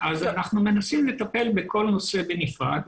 אז אנחנו מנסים לטפל בכל נושא בנפרד,